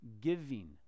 giving